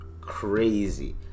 Crazy